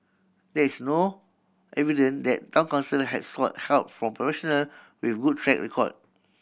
there is no evidence that Town Council has sought help from professional with good track record